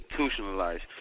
institutionalized